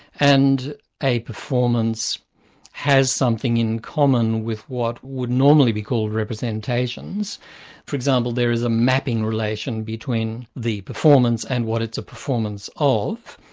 and a performance has something in common with what would normally be called representations for example, there is a mapping relation between the performance and what it's a performance of.